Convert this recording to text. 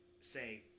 say